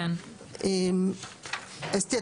אסתי,